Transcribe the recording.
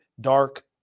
dark